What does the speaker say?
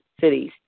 cities